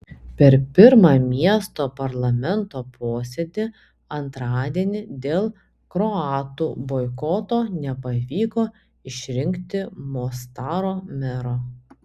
per pirmą miesto parlamento posėdį antradienį dėl kroatų boikoto nepavyko išrinkti mostaro mero